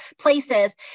places